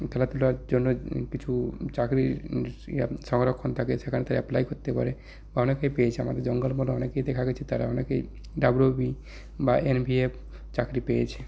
খেলাধুলার জন্য কিছু চাকরির সংরক্ষণ থাকে সেখান থেকে অ্যাপ্লাই করতে পারে অনেকেই পেয়েছে আমাদের জঙ্গলমহলে অনেকেই দেখা গেছে তারা অনেকেই ডব্লুবি বা এনভিএফ চাকরি পেয়েছে